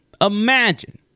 Imagine